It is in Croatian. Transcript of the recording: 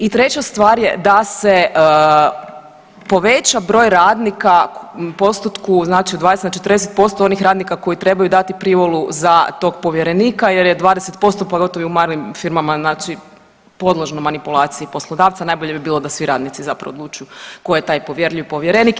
I treća stvar je da se poveća broj radnika u postotku znači od 20 na 40% onih radnika koji trebaju dati privolu za tog povjerenika jer je 20% pogotovo u manjim firmama znači podložno manipulaciji poslodavca, najbolje bi bilo da svi radnici zapravo odlučuju tko je taj povjerljiv povjerenik.